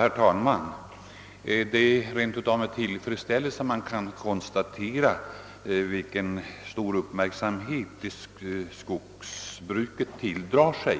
Herr talman! Det är faktiskt med stor tillfredsställelse man kan konstatera vilken stor uppmärksamhet skogsbruket tilldrar sig